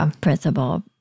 principle